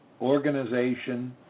organization